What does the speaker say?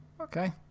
Okay